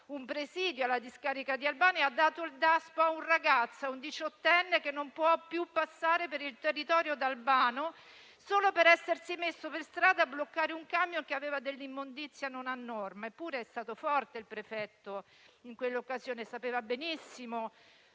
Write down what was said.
un presidio alla discarica di Albano e ha dato il Daspo a un ragazzo di diciotto anni che non può più passare per il territorio di Albano solo per essersi messo per strada a bloccare un camion che portava dell'immondizia non a norma. Eppure è stato forte, il prefetto, in quell'occasione, sapeva benissimo